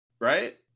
right